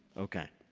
okay.